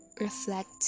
reflect